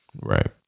Right